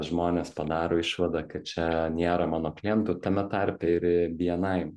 žmonės padaro išvadą kad čia nėra mano klientų tame tarpe ir į bni